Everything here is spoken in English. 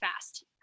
fast